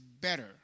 better